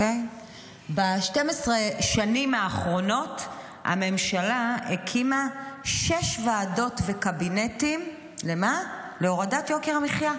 ב-12 השנים האחרונות הממשלה הקימה שש ועדות וקבינטים להורדת יוקר המחיה.